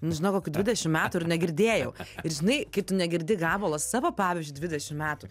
nžinau kokių dvidešim metų ir negirdėjau ir žinai kai tu negirdi gabalo savo pavyzdžiui dvidešim metų